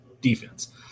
defense